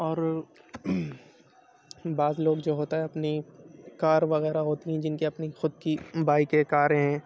اور بعض لوگ جو ہوتے ہیں اپنی کار وغیرہ ہوتی ہیں جن کی اپنی خود کی بائیک ہے کاریں ہیں